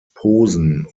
posen